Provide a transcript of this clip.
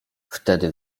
wtedy